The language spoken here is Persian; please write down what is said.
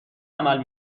عمل